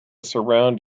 surround